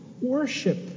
worship